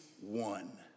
one